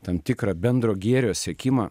tam tikrą bendro gėrio siekimą